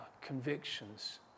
convictions